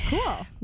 cool